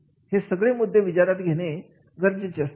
हे सगळे मुद्दे विचारात घेणे गरजेचे आहे